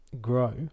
Grow